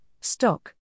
Stock